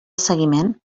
seguiment